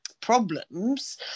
problems